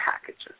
packages